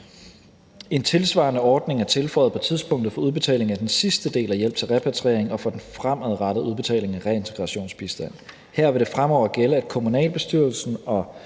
En tilsvarende ordning er tilføjet på tidspunktet for udbetalingen af den sidste del af hjælp til repatriering og for den fremadrettede udbetaling af reintegrationsbistand. Her vil det fremover gælde, at kommunalbestyrelsen og